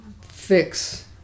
fix